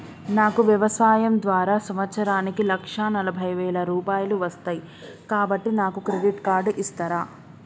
నాకు వ్యవసాయం ద్వారా సంవత్సరానికి లక్ష నలభై వేల రూపాయలు వస్తయ్, కాబట్టి నాకు క్రెడిట్ కార్డ్ ఇస్తరా?